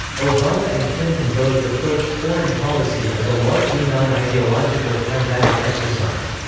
obama and clinton both approached foreign policy as a largely non-ideological, pragmatic exercise.